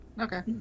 Okay